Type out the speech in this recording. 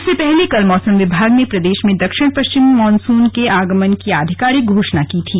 इससे पहले कल मौसम विभाग ने प्रदेश में दक्षिण पश्चिम मॉनसून के आगमन की आधिकारिक घोषणा की थी